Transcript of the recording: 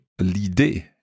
l'idée